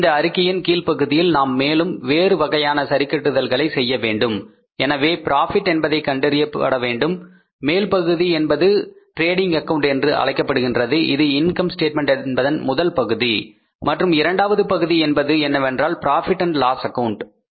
இந்த அறிக்கையின் கீழ் பகுதியில் நாம் மேலும் வேறு வகையான சரிகட்டுதல்களை செய்ய வேண்டும் எனவே ப்ராபிட் என்பதை கண்டறிய பயன்படும் மேல் பகுதி என்பது ட்ரேடிங்க் அக்கவுண்ட் என்று அழைக்கப்படுகின்றது இது இன்கம் ஸ்டேட்மென்ட் என்பதன் முதல் பகுதி மற்றும் இரண்டாவது பகுதி என்பது என்னவென்றால் profit and loss account Profit Loss Account